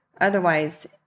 Otherwise